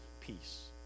peace